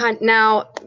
now